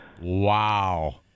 Wow